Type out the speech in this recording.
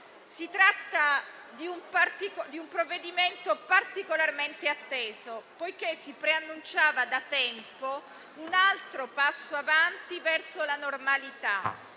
Si tratta di un provvedimento particolarmente atteso, poiché si preannunciava da tempo un altro passo in avanti verso la normalità,